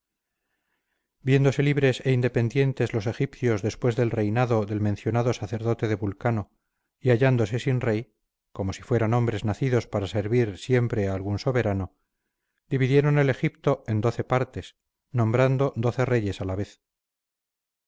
viéndose libres e independientes los egipcios después del reinado del mencionado sacerdote de vulcano y hallándose sin rey como si fueran hombres nacidos para servir siempre a algún soberano dividieron el egipto en doce partes nombrando doce reyes a la vez